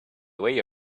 way